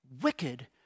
wicked